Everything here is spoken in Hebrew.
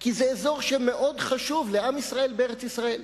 כי היא אזור שמאוד חשוב לעם ישראל בארץ-ישראל.